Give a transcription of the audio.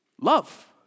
Love